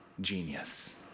genius